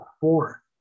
four